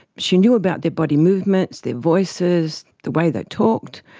she knew about their body movements, their voices, the way they talked,